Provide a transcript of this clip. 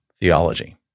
theology